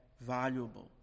valuable